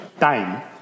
time